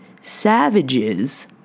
savages